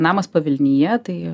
namas pavilnyje tai